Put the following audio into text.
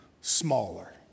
smaller